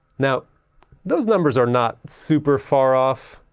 now those numbers are not super far off.